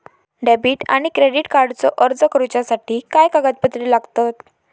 Debit आणि credit कार्डचो अर्ज करुच्यासाठी काय कागदपत्र लागतत?